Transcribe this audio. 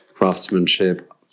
craftsmanship